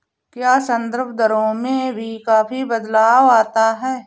क्या संदर्भ दरों में भी काफी बदलाव आता है?